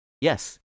Yes